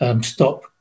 stop